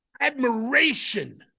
admiration